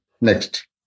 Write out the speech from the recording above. Next